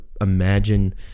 imagine